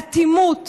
באטימות